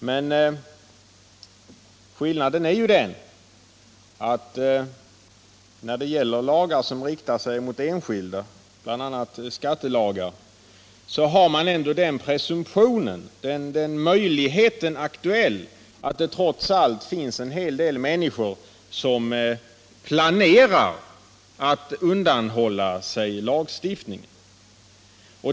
Men skillnaden är att när det gäller lagar som riktar sig mot enskilda, bl.a. skattelagar, har man ändå den möjligheten aktuell att det trots allt finns en hel del människor som planerar att undanhålla sig lagstiftningen.